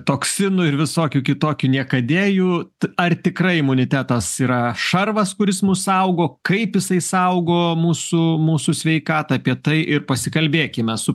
toksinų ir visokių kitokių niekadėjų ar tikrai imunitetas yra šarvas kuris mus saugo kaip jisai saugo mūsų mūsų sveikatą apie tai ir pasikalbėkime su